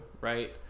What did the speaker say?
right